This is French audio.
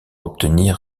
obtenir